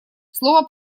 слова